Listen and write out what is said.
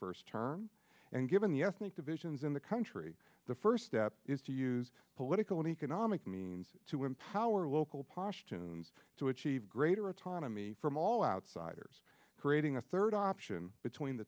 first term and given the ethnic divisions in the country the first step is to use political and economic means to empower local pashtoon to achieve greater autonomy from all outsiders creating a third option between the